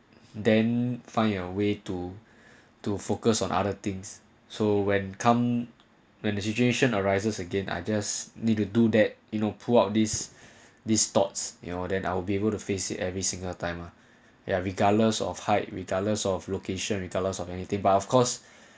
then find a way to to focus on other things so when come when the situation arises again others need to do that you know pull out this distorts your than I'll be able to face it every single time ya regardless of height regardless of location regardless of anything but of course